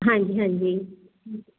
ਹਾਂਜੀ ਹਾਂਜੀ